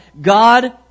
God